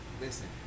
Listen